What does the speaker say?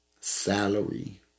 salary